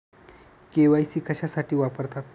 KYC कशासाठी वापरतात?